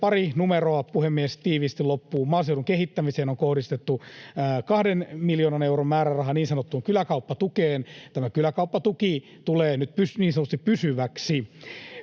pari numeroa, puhemies, tiiviisti loppuun. Maaseudun kehittämiseen on kohdistettu 2 miljoonan euron määräraha niin sanottuun kyläkauppatukeen. Tämä kyläkauppatuki tulee nyt niin sanotusti pysyväksi.